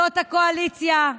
זאת הקואליציה,